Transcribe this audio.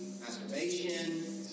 masturbation